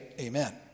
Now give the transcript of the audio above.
amen